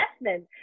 investment